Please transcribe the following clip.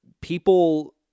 people